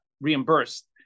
reimbursed